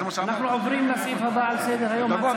אנחנו עוברים לסעיף הבא על סדר-היום: הצעת